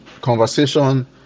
conversation